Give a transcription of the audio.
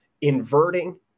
inverting